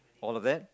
all of that